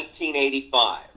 1985